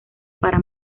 para